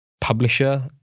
publisher